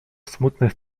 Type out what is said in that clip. smutnych